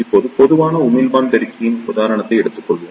இப்போது பொதுவான உமிழ்ப்பான் பெருக்கியின் உதாரணத்தை எடுத்துக்கொள்வோம்